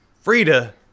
frida